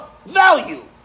Value